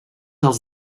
els